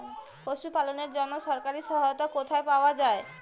পশু পালনের জন্য সরকারি সহায়তা কোথায় পাওয়া যায়?